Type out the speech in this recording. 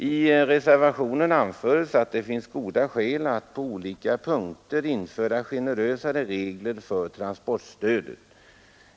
I reservationen anföres att det finns goda skäl att på olika punkter införa generösare regler för transportstödet.